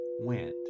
went